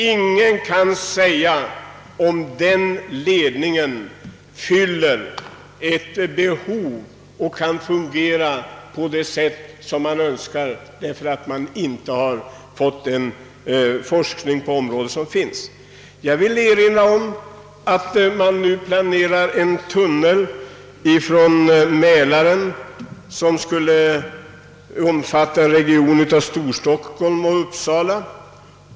Ingen kan i dag säga om den ledningen kommer att fungera på det sätt man önskar, ty det har inte bedrivits den forskning på området som behövs. Jag erinrar också om att det nu planeras en avloppstunnel från Mälaren för regionen Storstockholm-—Uppsala.